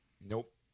Nope